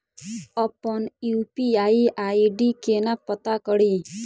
अप्पन UPI ID केना पत्ता कड़ी?